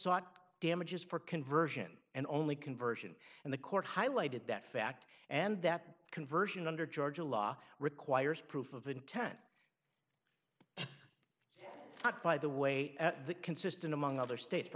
sought damages for conversion and only conversion and the court highlighted that fact and that conversion under georgia law requires proof of intent not by the way at the consistent among other states for